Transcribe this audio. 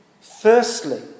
Firstly